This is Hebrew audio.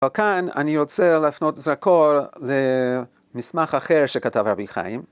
וכאן אני רוצה להפנות זרקור למסמך אחר שכתב רבי חיים.